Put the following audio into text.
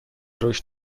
رشد